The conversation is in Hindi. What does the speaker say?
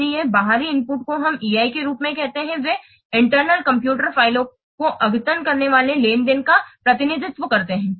इसलिए बाहरी इनपुट को हम EI के रूप में कहते हैं वे आंतरिक कंप्यूटर फ़ाइलों को अद्यतन करने वाले लेनदेन का प्रतिनिधित्व करते हैं